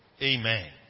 Amen